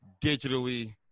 digitally